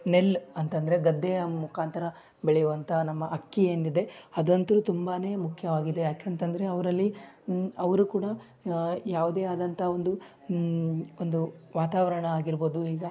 ನೆಲ ಅಂತಂದರೆ ಗದ್ದೆಯ ಮುಖಾಂತರ ಬೆಳೆಯುವಂಥ ನಮ್ಮ ಅಕ್ಕಿ ಏನಿದೆ ಅದಂತೂ ತುಂಬಾ ಮುಖ್ಯವಾಗಿದೆ ಯಾಕಂತಂದರೆ ಅವರಲ್ಲಿ ಅವರು ಕೂಡ ಯಾವುದೇ ಆದಂಥ ಒಂದು ಒಂದು ವಾತಾವರಣ ಆಗಿರ್ಬೋದು ಈಗ